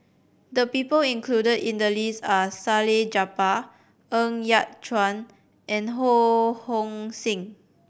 the people included in the list are Salleh Japar Ng Yat Chuan and Ho Hong Sing